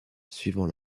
suivant